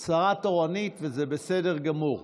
את שרה תורנית, וזה בסדר גמור.